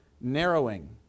narrowing